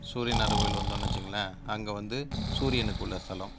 சூரியனார் கோவில் வந்தோம்ன்னு வெச்சிக்கங்களேன் அங்கே வந்து சூரியனுக்குள்ள ஸ்தலம்